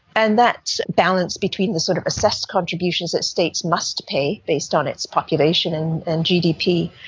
and that's balanced between the sort of assessed contributions that states must pay based on its population and and gdp,